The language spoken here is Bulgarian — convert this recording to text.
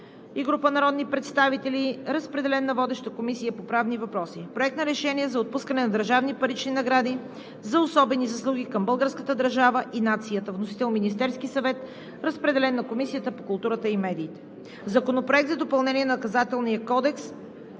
и група народни представители. Водеща е Комисията по правни въпроси. Проект на решение за отпускане на държавни парични награди за особени заслуги към българската държава и нацията. Вносител – Министерският съвет. Разпреден е на Комисията по културата и медиите. Законопроект за допълнение на Наказателния кодекс.